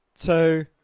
two